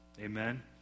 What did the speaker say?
Amen